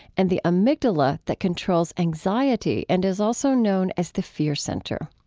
and the amygdala that controls anxiety and is also known as the fear center.